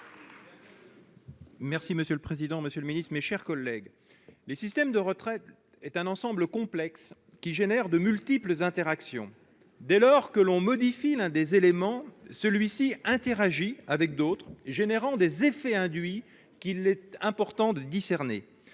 Monsieur le président, monsieur le ministre, mes chers collègues, le système de retraite est un ensemble complexe, qui produit de multiples interactions. Dès lors que l'on modifie l'un des éléments, celui-ci interagit avec d'autres, générant des effets induits, qu'il est important de discerner.